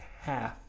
half